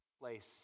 place